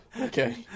Okay